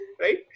right